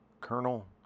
colonel